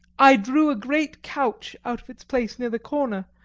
i drew a great couch out of its place near the corner,